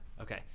Okay